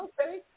Okay